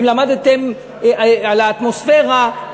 אם למדתם על האטמוספירה,